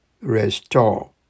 restore